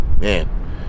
man